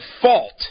fault